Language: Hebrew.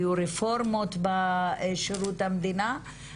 היו רפורמות בשירות המדינה.